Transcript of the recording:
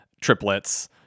triplets